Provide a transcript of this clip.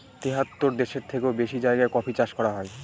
তেহাত্তর দেশের থেকেও বেশি জায়গায় কফি চাষ করা হয়